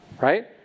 right